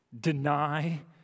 Deny